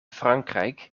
frankrijk